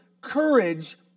courage